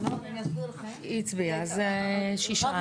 נעבור להצביע על רוויזיות של מפלגת העבודה,